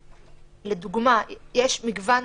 לדוגמה: יש מגוון